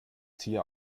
tier